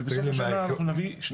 ובסופו של דבר אנחנו נביא עוד כסף.